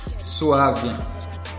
suave